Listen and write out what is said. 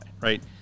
Right